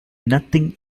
nothing